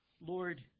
Lord